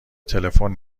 تلفن